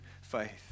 faith